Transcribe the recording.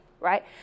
Right